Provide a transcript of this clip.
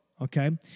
Okay